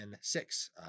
six